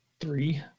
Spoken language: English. Three